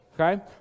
Okay